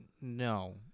No